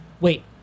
wait